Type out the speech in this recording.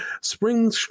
spring